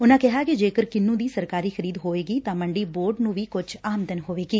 ਉਨਾਂ ਕਿਹਾ ਕਿ ਜੇਕਰ ਕਿੰਨੂੰ ਦੀ ਸਰਕਾਰੀ ਖ਼ਰੀਦ ਹੋਵੇਗੀ ਤਾਂ ਮੰਡੀ ਬੋਰਡ ਨੂੰ ਵੀ ਕੁਝ ਆਮਦਨ ਹੋਵੇਗੀ